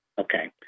Okay